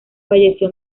falleció